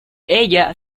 ella